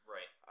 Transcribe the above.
Right